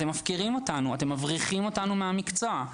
אתם מפקירים אותנו ומבריחים אותנו מהמקצוע.